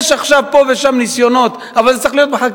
יש פה ושם ניסיונות, אבל זה צריך להיות בחקיקה.